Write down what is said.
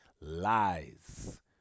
Lies